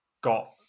got